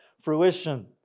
fruition